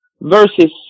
Verses